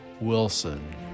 Wilson